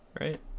Right